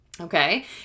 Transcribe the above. Okay